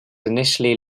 initially